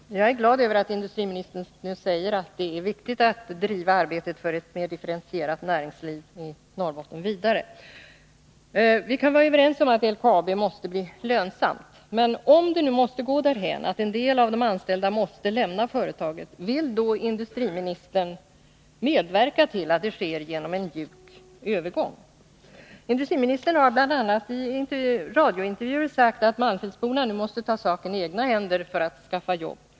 Herr talman! Jag är glad över att industriministern säger att det är viktigt att driva arbetet för ett mer differentierat näringsliv i Norrbotten vidare. Vi kan vara överens om att LKAB måste bli lönsamt. Men om det måste gå därhän att en del av de anställda måste lämna företaget, vill då industriministern medverka till att det sker genom en mjuk övergång? Industriministern har bl.a. i radiointervjuer sagt att malmfältsborna nu måste ta saken i egna händer då det gäller att skaffa jobb.